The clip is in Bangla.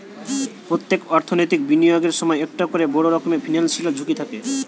পোত্তেক অর্থনৈতিক বিনিয়োগের সময়ই একটা কোরে বড় রকমের ফিনান্সিয়াল ঝুঁকি থাকে